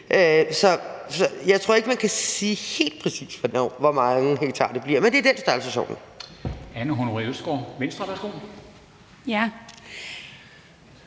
Så jeg tror ikke, man kan sige helt præcist, hvor mange hektarer det bliver, men det er i den størrelsesorden.